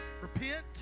repent